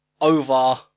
over